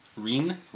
Reen